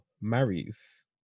marries